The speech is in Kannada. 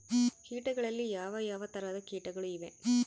ಕೇಟಗಳಲ್ಲಿ ಯಾವ ಯಾವ ತರಹದ ಕೇಟಗಳು ಇವೆ?